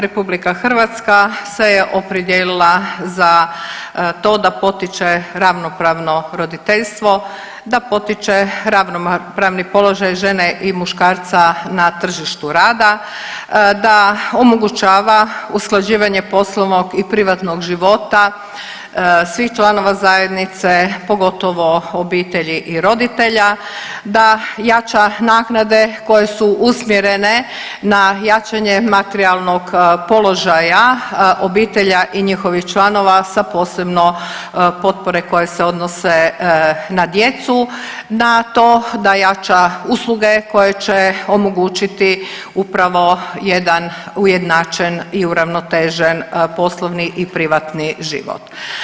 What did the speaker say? RH se je opredijelila za to da potiče ravnopravno roditeljstvo, da potiče ravnopravni položaj žene i muškarca na tržištu rada, da omogućava usklađivanje poslovnog i privatnog života svih članova zajednice, pogotovo obitelji i roditelja, da jača naknade koje su usmjerene na jačanje materijalnog položaja obitelji i njihovih članova sa posebno potpore koje se odnose na djecu, na to da jača usluge koje će omogućiti upravo jedan ujednačen i uravnotežen poslovni i privatni život.